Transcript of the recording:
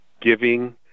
giving